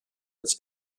its